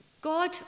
God